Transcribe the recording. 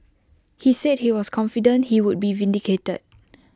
he said he was confident he would be vindicated